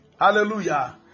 hallelujah